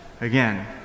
Again